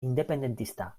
independentista